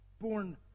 Born